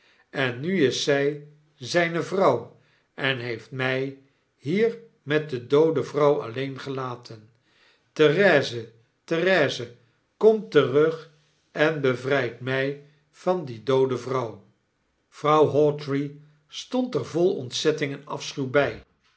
en nu is zy zyne vrouw en heeft my hiermet de doode vrouw alleen gelaten therese therese kom terug en bevryd my van die doode vrouw i mevrouw hawtrey stond er vol ontzetting en afschuw by